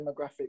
demographic